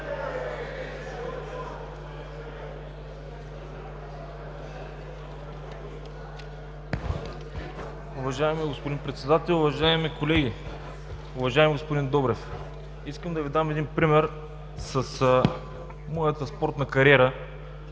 Уважаеми господин Председател, уважаеми колеги! Уважаеми господин Добрев, искам да Ви дам един пример с моята спортна кариера.